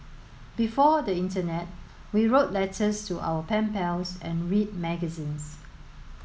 before the internet we wrote letters to our pen pals and read magazines